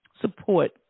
support